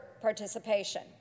participation